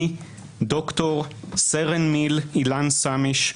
אני דוקטור, סרן במילואים אילן סמיש,